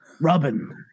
Robin